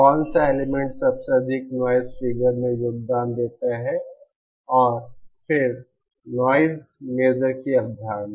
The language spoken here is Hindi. कौन सा एलिमेंट सबसे अधिक नॉइज़ फिगर में योगदान देता है और फिर नॉइज़ मेजर की अवधारणा